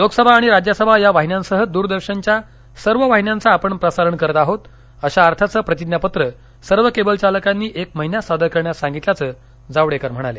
लोकसभा आणि राज्यसभा या वाहिन्यांसह दूरदर्शनच्या सर्व वाहिन्यांचं आपण प्रसारण करत आहोत अशा अर्थाचं प्रतिज्ञापत्र सर्व केबल चालकांनी एक महिन्यात सादर करण्यास सांगितल्याचं जावडेकर म्हणाले